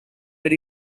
per